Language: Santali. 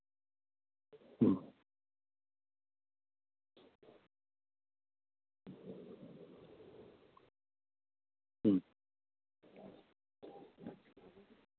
ᱦᱩᱸ ᱦᱩᱸ